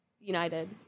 United